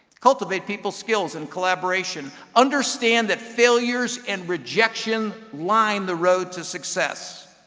cultivate people skills and collaboration. understand that failures and rejection line the road to success.